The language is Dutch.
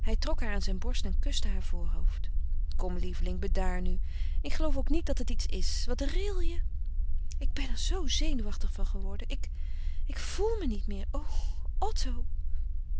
hij trok haar aan zijn borst en kuste haar voorhoofd kom lieveling bedaar nu ik geloof ook niet dat het iets is wat ril je ik ben er zoo zenuwachtig van geworden ik ik voel me niet meer o otto